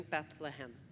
Bethlehem